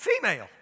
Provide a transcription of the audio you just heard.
female